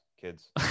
kids